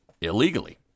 illegally